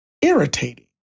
irritating